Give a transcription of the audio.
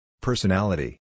Personality